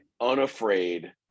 unafraid